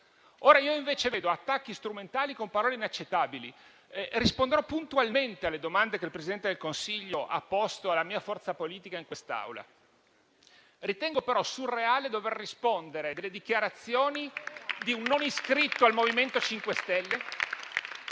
Ora invece assisto ad attacchi strumentali, con parole inaccettabili e risponderò puntualmente alle domande che il Presidente del Consiglio ha posto alla mia forza politica in quest'Aula. Ritengo però surreale dover rispondere delle dichiarazioni di un non iscritto al MoVimento 5 Stelle